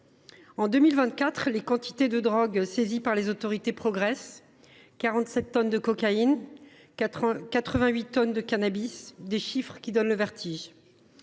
En 2024, les quantités de drogue saisies par les autorités progressent : 47 tonnes de cocaïne, 88 tonnes de cannabis. Ce sont des chiffres qui donnent le vertige